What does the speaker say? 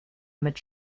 mit